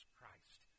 Christ